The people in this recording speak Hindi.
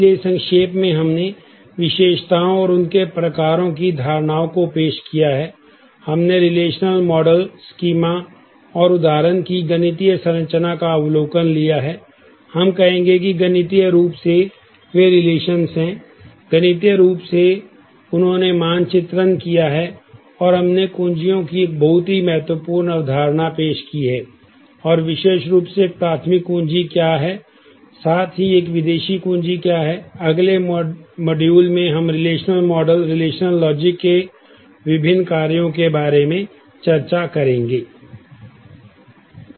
इसलिए संक्षेप में हमने विशेषताओं और उनके प्रकारों की धारणा को पेश किया है हमने रिलेशनल मॉडल के विभिन्न कार्यों के बारे में चर्चा करेंगे